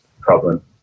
problem